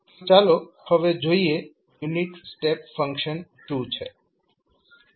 તો ચાલો હવે જોઈએ યુનિટ સ્ટેપ ફંક્શન શું છે